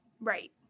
right